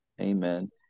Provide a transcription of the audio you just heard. amen